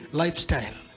lifestyle